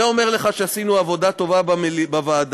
זה אומר לך שעשינו עבודה טובה בוועדה.